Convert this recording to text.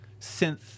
synth